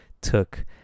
took